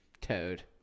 Toad